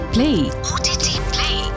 Play